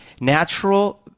natural